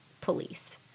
police